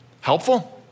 helpful